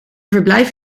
verblijf